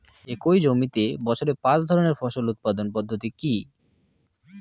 একই জমিতে বছরে পাঁচ ধরনের ফসল উৎপাদন পদ্ধতি কী?